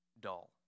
dull